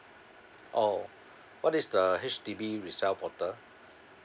oh what is the H_D_B resell portal